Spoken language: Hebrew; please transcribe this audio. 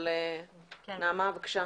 בבקשה.